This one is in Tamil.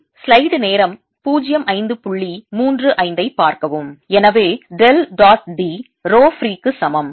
எனவே டெல் டாட் d ரோ ஃப்ரீக்கு சமம்